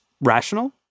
rational